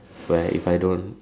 where if I don't